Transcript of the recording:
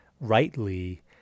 rightly